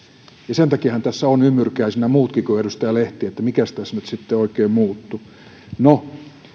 sen takiahan tässä ovat ymmyrkäisenä muutkin kuin edustaja lehti että mikäs tässä nyt sitten oikein muuttuu no